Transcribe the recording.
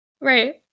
Right